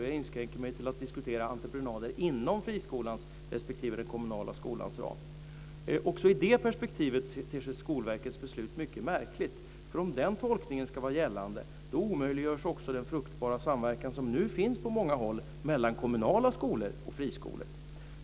Jag inskränker mig till att diskutera entreprenader inom friskolans respektive den kommunala skolans ram. Också i det perspektivet ter sig Skolverkets beslut mycket märkligt. Om den tolkningen ska vara gällande omöjliggörs också den fruktbara samverkan som nu finns på många håll mellan kommunala skolor och friskolor.